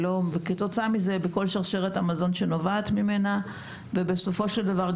וכתוצאה מכך מכל שרשרת המזון שנובעת ממנה; ובסופו של דבר,